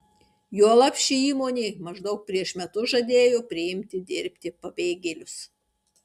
juolab ši įmonė maždaug prieš metus žadėjo priimti dirbti pabėgėlius